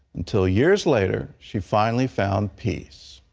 until years later she finally found peace.